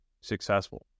successful